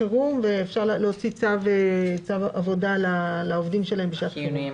בחירום ואפשר להוציא צו עבודה לעובדים שלהם בשעת חירום.